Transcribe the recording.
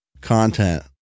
content